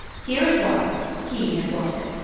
here it was he had brought it.